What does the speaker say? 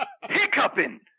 Hiccuping